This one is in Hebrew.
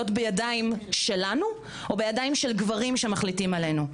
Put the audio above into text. בידיים שלנו או בידיים של גברים שמחליטים עלינו,